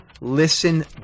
listen